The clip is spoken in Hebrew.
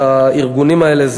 את הארגונים האלה.